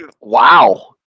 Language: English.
Wow